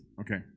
okay